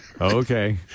Okay